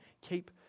Keep